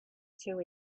two